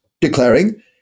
declaring